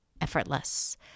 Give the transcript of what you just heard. effortless